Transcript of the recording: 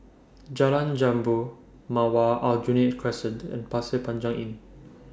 Jalan Jambu Mawar Aljunied Crescent and Pasir Panjang Inn